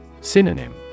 Synonym